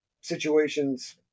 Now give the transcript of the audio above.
situations